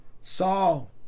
Saul